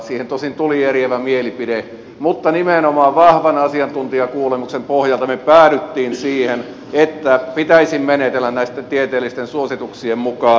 siihen tosin tuli eriävä mielipide mutta nimenomaan vahvan asiantuntijakuulemuksen pohjalta me päädyimme siihen että pitäisi menetellä näitten tieteellisten suosituksien mukaan